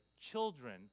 children